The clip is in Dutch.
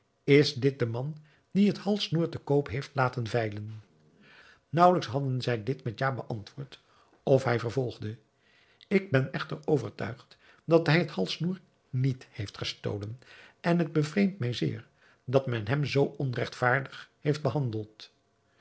is dit de man die het halssnoer te koop heeft laten veilen naauwelijks hadden zij dit met ja beantwoord of hij vervolgde ik ben echter overtuigd dat hij het halssnoer niet heeft gestolen en het bevreemdt mij zeer dat men hem zoo onregtvaardig heeft behandeld